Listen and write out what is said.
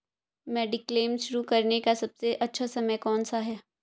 Mediclaim शुरू करने का सबसे अच्छा समय कौनसा है?